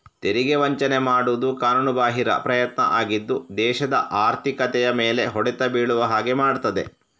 ತೆರಿಗೆ ವಂಚನೆ ಮಾಡುದು ಕಾನೂನುಬಾಹಿರ ಪ್ರಯತ್ನ ಆಗಿದ್ದು ದೇಶದ ಆರ್ಥಿಕತೆಯ ಮೇಲೆ ಹೊಡೆತ ಬೀಳುವ ಹಾಗೆ ಮಾಡ್ತದೆ